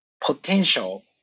potential